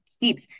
keeps